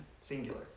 Singular